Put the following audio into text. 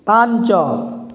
ପାଞ୍ଚ